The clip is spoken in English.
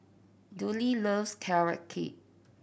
Dudley loves Carrot Cake